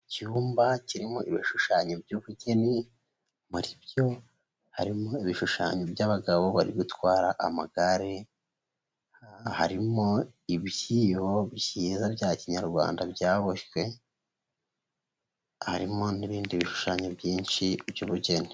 Icyumba kirimo ibishushanyo by'ubugeni muri byo harimo ibishushanyo by'abagabo bari gutwara amagare harimo ibyibo byiza bya kinyarwanda byaboshywe harimo n'ibindi bishushanyo byinshi by'ubugeni.